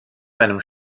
seinem